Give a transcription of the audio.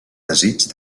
desig